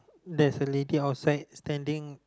there's a lady outside standing